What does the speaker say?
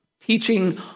teaching